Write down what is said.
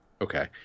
Okay